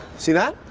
see that?